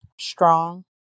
strong